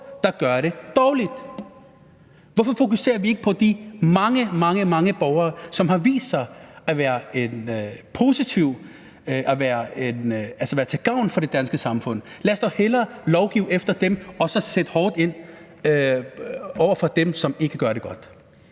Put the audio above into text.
der gør det dårligt. Hvorfor fokuserer vi ikke på de mange, mange borgere, som har vist sig at være til gavn for det danske samfund? Lad os dog hellere lovgive efter dem og så sætte hårdt ind over for dem, som ikke gør det godt.